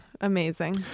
amazing